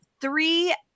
three